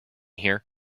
here